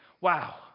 wow